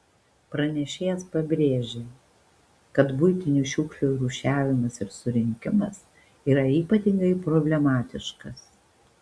pranešėjas pabrėžė kad buitinių šiukšlių rūšiavimas ir surinkimas yra ypatingai problematiškas